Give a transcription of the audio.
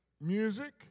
music